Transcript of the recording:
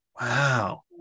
Wow